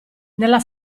nella